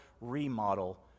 remodel